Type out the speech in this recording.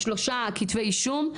שלושה כתבי אישום,